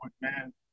man